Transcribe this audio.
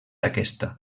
aquesta